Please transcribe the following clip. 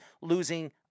losing